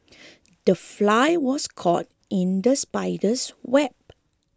the fly was caught in the spider's web